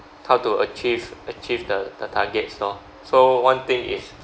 how to achieve achieve the the targets lor so one thing is